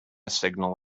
signal